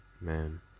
Man